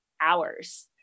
hours